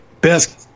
best